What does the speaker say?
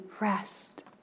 rest